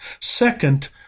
Second